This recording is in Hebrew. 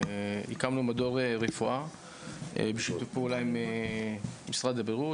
הקמנו מדור רפואה בשיתוף פעולה עם משרד הבריאות,